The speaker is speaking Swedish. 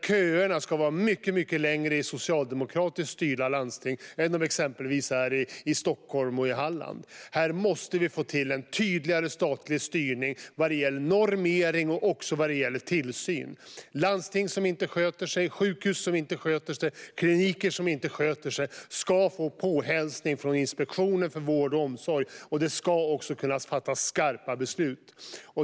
Köerna ska inte vara mycket längre i socialdemokratiskt styrda landsting än i exempelvis Stockholm och Halland. Här måste vi få till en tydligare statlig styrning vad gäller normering och även vad gäller tillsyn. Landsting som inte sköter sig, sjukhus som inte sköter sig och kliniker som inte sköter sig ska få påhälsning från Inspektionen för vård och omsorg, och det ska också kunna fattas skarpa beslut.